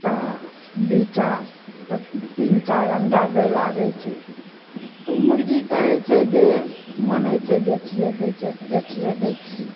तऽ दुइ टा तीन टा अंडा दै लागै छै तऽ ओ मुर्गी कहै छै जे मन होइ छै बेचिये दैके तऽ बेचिये दै छी